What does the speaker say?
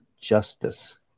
justice